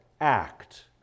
act